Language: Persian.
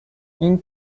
این